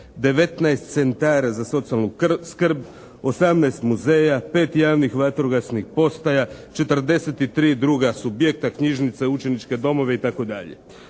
19 centara za socijalnu skrb, 18 muzeja, 5 javnih vatrogasnih postaja, 43 druga subjekta knjižnice, učeničke domove itd.